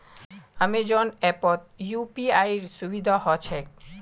Amazon ऐपत यूपीआईर सुविधा ह छेक